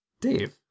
Dave